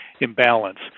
imbalance